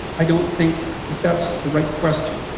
i don't think that that's the right question.